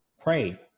pray